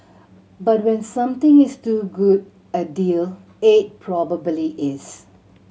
but when something is too good a deal it probably is